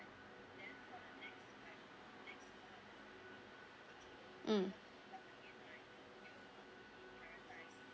mm